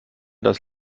dass